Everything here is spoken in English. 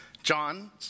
John